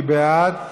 מי בעד?